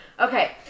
Okay